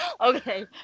okay